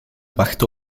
wachten